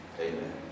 amen